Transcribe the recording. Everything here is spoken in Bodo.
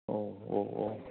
औ औ औ